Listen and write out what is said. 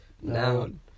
Noun